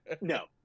no